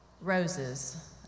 roses